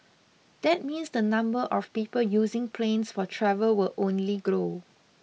that means the number of people using planes for travel will only grow